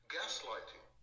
gaslighting